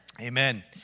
Amen